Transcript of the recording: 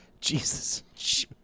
Jesus